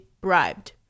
bribed